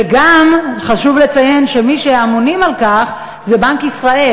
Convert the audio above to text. וגם חשוב לציין שמי שאמון על כך זה בנק ישראל,